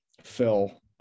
phil